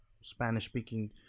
Spanish-speaking